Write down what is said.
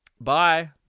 Bye